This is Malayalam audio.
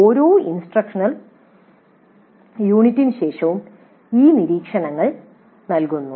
ഓരോ ഇൻസ്ട്രക്ഷണൽ യൂണിറ്റിനുശേഷവും ഈ നിരീക്ഷണങ്ങൾ നൽകുന്നു